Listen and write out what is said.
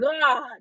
God